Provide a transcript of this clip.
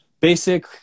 Basic